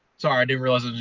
sorry, i didn't realize.